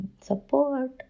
support